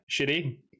shitty